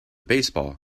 baseball